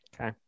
Okay